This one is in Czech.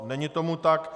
Není tomu tak.